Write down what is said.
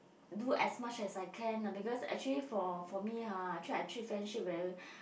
do as much as I can ah because actually for for me ah actually I treat friendship very